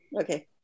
Okay